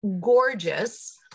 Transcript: gorgeous